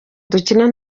dukine